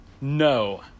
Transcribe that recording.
no